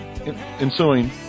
ensuing